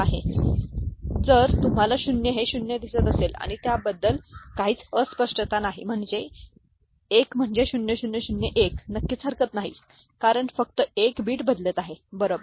आता जर तुम्हाला 0 हे 0 दिसत असेल तर त्याबद्दल काहीच अस्पष्टता नाही 1 म्हणजे 0 0 0 1 नक्कीच हरकत नाही कारण फक्त 1 बिट बदलत आहे बरोबर